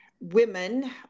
women